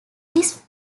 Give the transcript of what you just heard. this